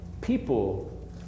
people